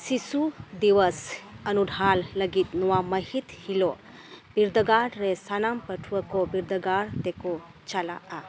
ᱥᱤᱥᱩ ᱫᱤᱵᱚᱥ ᱩᱱᱩᱰᱷᱟᱹᱣ ᱞᱟᱹᱜᱤᱫ ᱱᱚᱣᱟ ᱢᱟᱹᱦᱤᱛ ᱦᱤᱞᱳᱜ ᱵᱤᱨᱫᱟᱹᱜᱟᱲ ᱨᱮᱱ ᱥᱟᱱᱟᱢ ᱯᱟᱹᱴᱷᱩᱣᱟᱹ ᱠᱚ ᱵᱤᱨᱫᱟᱹᱜᱟᱲ ᱛᱮᱠᱚ ᱪᱟᱞᱟᱜᱼᱟ